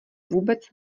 vůbec